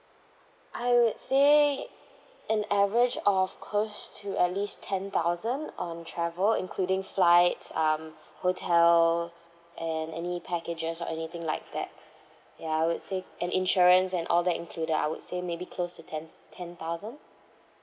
I would say an average of close to at least ten thousand um travel including flights um hotels and any packages or anything like that ya I would say and insurance and all that included I would say maybe close to ten ten thousand